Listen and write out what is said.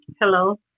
hello